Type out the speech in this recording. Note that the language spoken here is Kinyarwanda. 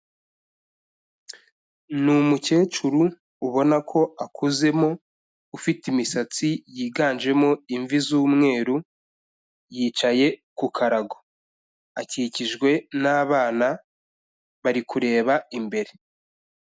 Ni umukecuru ubona ko akuzemo ufite imisatsi yiganjemo imvi z'umweru, yicaye ku karago, akikijwe n'abana bari kureba imbere.